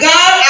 God